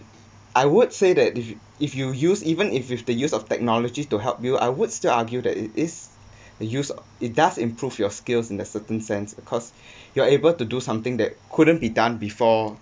I would say that if you if you use even if with the use of technology to help you I would still argue that it is the use it does improve your skills in a certain sense cause you're able to do something that couldn't be done before